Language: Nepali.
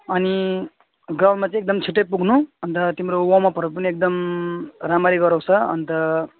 अनि ग्राउन्डमा चाहिँ एकदम छिट्टै पुग्नु अन्त तिम्रो वर्मअपहरू पनि एकदम राम्ररी गराउँछ अन्त